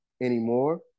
anymore